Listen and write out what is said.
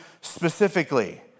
specifically